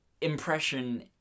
impression